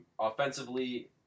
offensively